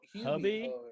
Hubby